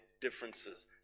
differences